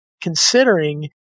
considering